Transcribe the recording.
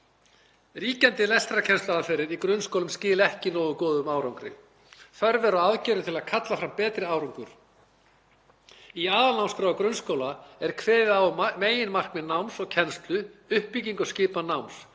Ríkjandi lestrarkennsluaðferðir í grunnskólum skila ekki nógu góðum árangri. Þörf er á aðgerðum til að kalla fram betri árangur. Í aðalnámskrá grunnskóla er kveðið á um meginmarkmið náms og kennslu, uppbyggingu og skipan náms,